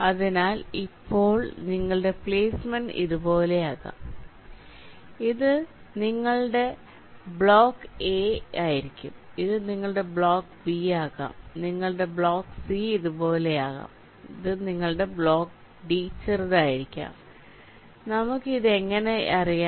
അതിനാൽ ഇപ്പോൾ നിങ്ങളുടെ പ്ലെയ്സ്മെന്റ് ഇതുപോലെയാകാം ഇത് നിങ്ങളുടെ ബ്ലോക്ക് എ ആയിരിക്കും ഇത് നിങ്ങളുടെ ബ്ലോക്ക് ബി ആകാം നിങ്ങളുടെ ബ്ലോക്ക് സി ഇതുപോലെയാകാം നിങ്ങളുടെ ബ്ലോക്ക് ഡി ചെറുതായിരിക്കാം നമുക്ക് ഇത് ഇങ്ങനെ പറയാം